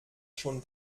schon